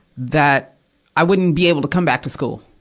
that i wouldn't be able to come back to school.